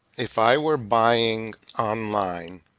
if i were buying online,